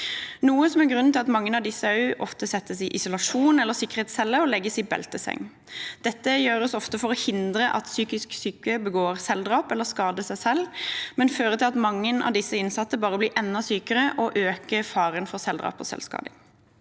noe som er grunnen til at mange av disse innsatte også settes i isolasjon eller sikkerhetscelle og legges i belteseng. Dette gjøres ofte for å hindre at psykisk syke begår selvdrap eller skader seg selv, men fører til at mange av dem bare blir enda sykere, og det øker faren for selvdrap og selvskading.